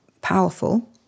powerful